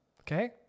okay